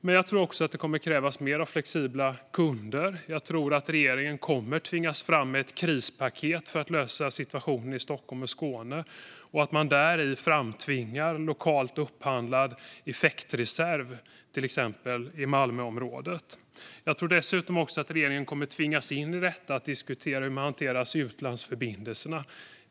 Det kommer att krävas mer av flexibla kunder. Jag tror att regeringen kommer att tvingas ta fram ett krispaket för att lösa situationen i Stockholm och Skåne och att man däri framtvingar lokalt upphandlad effektreserv i till exempel Malmöområdet. Jag tror dessutom att regeringen kommer att tvingas in i att diskutera hur man hanterar utlandsförbindelserna.